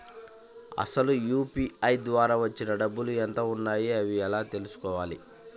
అసలు యూ.పీ.ఐ ద్వార వచ్చిన డబ్బులు ఎంత వున్నాయి అని ఎలా తెలుసుకోవాలి?